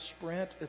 sprint